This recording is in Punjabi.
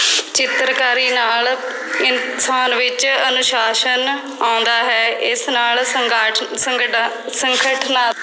ਚਿੱਤਰਕਾਰੀ ਨਾਲ ਇਨਸਾਨ ਵਿੱਚ ਅਨੁਸ਼ਾਸਨ ਆਉਂਦਾ ਹੈ ਇਸ ਨਾਲ ਸੰਗਾਟ ਸੰਗਡਾ ਸੰਖਟ ਨਾ